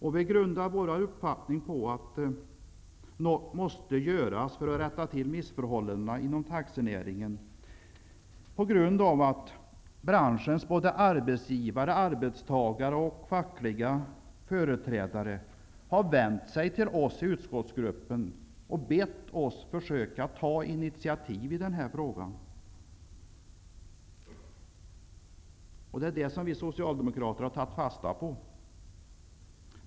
Det är dessutom vår uppfattning att något måste göras för att rätta till missförhållandena inom taxinäringen, eftersom branschens arbetsgivare och arbetstagare samt fackliga företrädare har vänt sig till oss i utskottsgruppen och bett oss försöka ta initiativ i den här frågan. Detta har vi socialdemokrater tagit fasta på.